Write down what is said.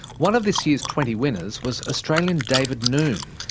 one of this year's twenty winners was australian david noone.